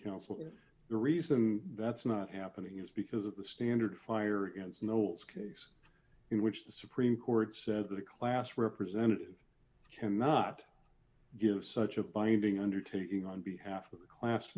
counselor the reason that's not happening is because of the standard fire in snow is case in which the supreme court said that a class representative cannot give such a binding undertaking on behalf of the class